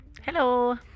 Hello